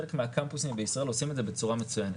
חלק מהקמפוסים בישראל עושים את זה בצורה מצוינת.